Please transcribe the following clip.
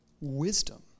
wisdom